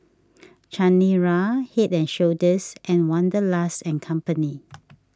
Chanira Head and Shoulders and Wanderlust and Company